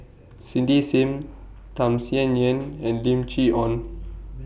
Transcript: Cindy SIM Tham Sien Yen and Lim Chee Onn